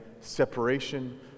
separation